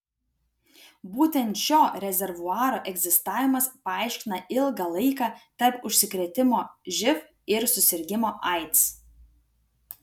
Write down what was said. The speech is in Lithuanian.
būtent šio rezervuaro egzistavimas paaiškina ilgą laiką tarp užsikrėtimo živ ir susirgimo aids